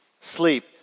Sleep